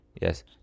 Yes